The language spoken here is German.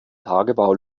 tagebau